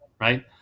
right